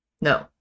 No